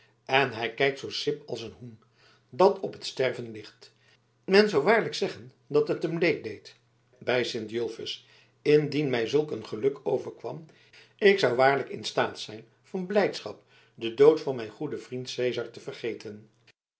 en hij kijkt zoo sip als een hoen dat op t sterven ligt men zou waarlijk zeggen dat het hem leed deed bij sint julfus indien mij zulk een geluk overkwam ik zou waarlijk in staat zijn van blijdschap den dood van mijn goeden vriend cezar te vergeten